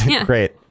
Great